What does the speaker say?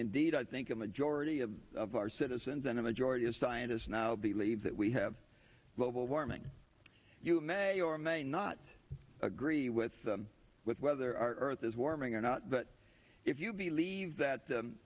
indeed i think a majority of of our citizens and a majority of scientists now believe that we have global warming you may or may not agree with with whether our earth is warming or not but if you believe that